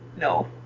no